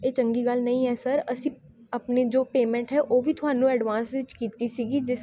ਇਹ ਚੰਗੀ ਗੱਲ ਨਹੀਂ ਹੈ ਸਰ ਅਸੀਂ ਆਪਣੀ ਜੋ ਪੇਮੈਂਟ ਹੈ ਉਹ ਵੀ ਤੁਹਾਨੂੰ ਐਡਵਾਂਸ ਵਿੱਚ ਕੀਤੀ ਸੀਗੀ ਜਿਸ